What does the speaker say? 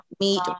meet